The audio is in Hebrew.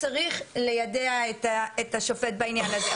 צריך ליידע את השופט בעניין הזה.